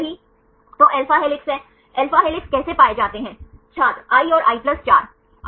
हम इसे 1 2 3 लेते हैं फिर आप इसे 1 लेते हैं यह 2 है और इसे 3 के रूप में लेते हैं